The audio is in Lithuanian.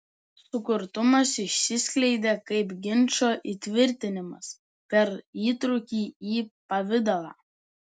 sukurtumas išsiskleidė kaip ginčo įtvirtinimas per įtrūkį į pavidalą